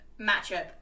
matchup